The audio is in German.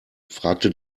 fragte